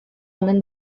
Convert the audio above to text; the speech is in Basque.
omen